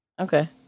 Okay